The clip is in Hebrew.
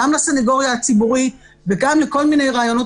גם לסנגוריה הציבורית וגם לכל מיני רעיונות